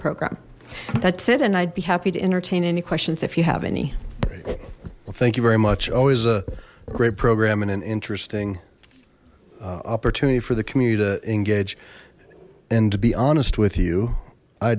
program that's it and i'd be happy to entertain any questions if you have any well thank you very much always a great program and an interesting opportunity for the community to engage and to be honest with you i